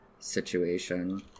situation